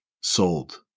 sold